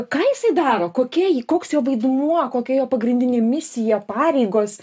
ką jisai daro kokia ji koks jo vaidmuo kokia jo pagrindinė misija pareigos